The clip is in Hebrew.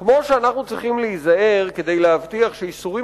כמו שאנחנו צריכים להיזהר כדי להבטיח שאיסורים